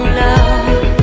love